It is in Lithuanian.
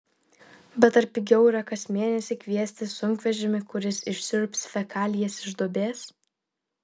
bet ar pigiau yra kas mėnesį kviestis sunkvežimį kuris išsiurbs fekalijas iš duobės